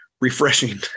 refreshing